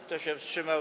Kto się wstrzymał?